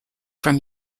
from